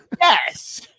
Yes